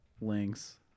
links